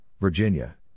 Virginia